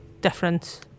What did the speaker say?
difference